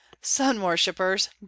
sun-worshippers